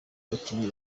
abakinnyi